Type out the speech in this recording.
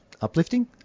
uplifting